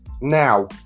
now